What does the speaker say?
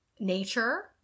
nature